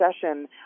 session